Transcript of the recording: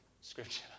scripture